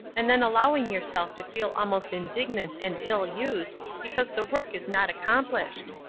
and then allowing yourself to feel almost indignant and ill-used because the work is not accomplished.